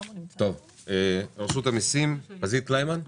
רשות המסים, פזית קליימן.